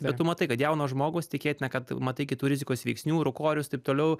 bet tu matai kad jaunas žmogus tikėtina kad matai kitų rizikos veiksnių rūkorius taip toliau